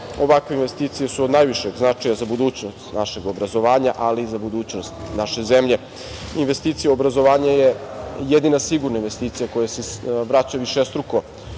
ovakve investicije su od najvišeg značaja za budućnost našeg obrazovanja, ali i za budućnost naše zemlje. Investicija obrazovanja je jedina sigurna investicija koja se vraća višestruko